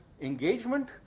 engagement